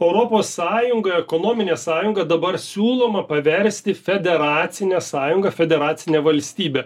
europos sąjungą ekonominę sąjungą dabar siūloma paversti federacine sąjunga federacine valstybe